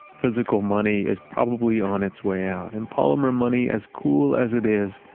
physical money is probably on it's way out, and polymer money, as cool as it is,